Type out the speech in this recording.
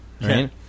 Right